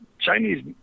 Chinese